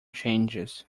changes